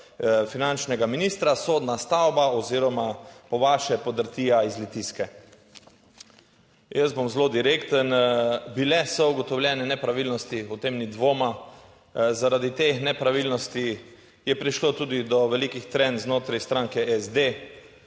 finančnega ministra sodna stavba oziroma po vaše podrtija iz Litijske. Jaz bom zelo direkten, bile so ugotovljene nepravilnosti, o tem ni dvoma. Zaradi teh nepravilnosti je prišlo tudi do velikih trenj znotraj stranke SD.